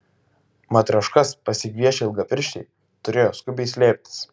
matrioškas pasigviešę ilgapirščiai turėjo skubiai slėptis